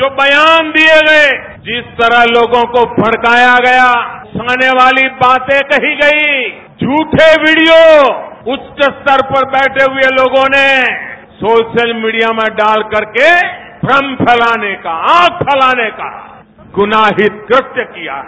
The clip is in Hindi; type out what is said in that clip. जो बयान दिये गये जिस तरह लोगों को भड़काया गया उकसाने वाली बातें कही गयी झठे विडियो उच्च स्तर पर बैठे हुए लोगों ने सोशल मीडिया में डालकर के भ्रम फैलाने का आग फैलाने का गुनाहित कृत्य किया है